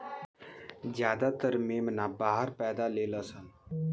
ज्यादातर मेमना बाहर पैदा लेलसन